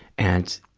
and,